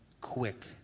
quick